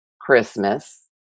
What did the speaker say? christmas